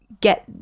Get